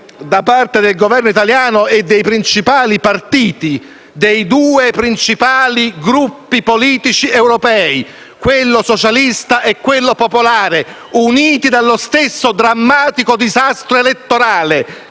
da parte del Governo italiano e dei due principali Gruppi politici europei, quello socialista e quello popolare, uniti dallo stesso drammatico disastro elettorale